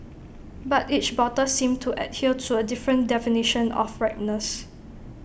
but each bottle seemed to adhere to A different definition of ripeness